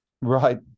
Right